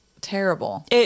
terrible